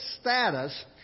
status